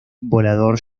volador